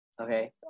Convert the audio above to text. Okay